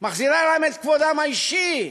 ומחזירה להם את כבודם האישי?